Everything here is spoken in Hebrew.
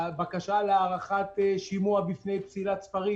בקשה להארכת שימוע בפני פסילת ספרים,